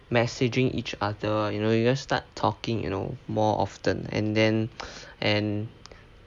messaging each other you know you just start talking you know more often and then and